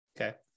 okay